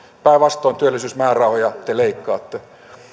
päinvastoin työllisyysmäärärahoja te leikkaatte